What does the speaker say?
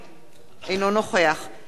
אינו נוכח יובל שטייניץ,